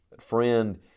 Friend